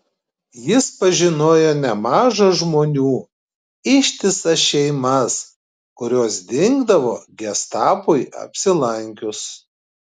jis pažinojo nemaža žmonių ištisas šeimas kurios dingdavo gestapui apsilankius